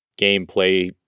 gameplay